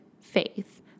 faith